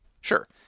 Sure